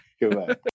Goodbye